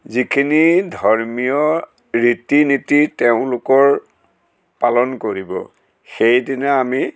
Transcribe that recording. যিখিনি ধৰ্মীয় ৰীতি নীতি তেওঁলোকৰ পালন কৰিব সেইদিনা আমি